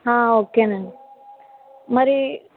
ఓకేనండి మరి